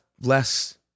less